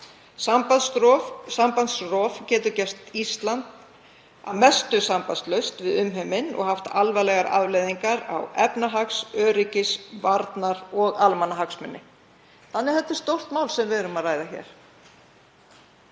Sambandsrof getur gert Ísland að mestu sambandslaust við umheiminn og haft alvarlegar afleiðingar á efnahags-, öryggis-, varnar- og almannahagsmuni, þannig að þetta er stórt mál sem við erum að ræða hér.